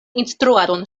instruadon